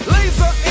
Laser